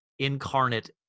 incarnate